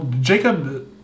Jacob